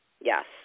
Yes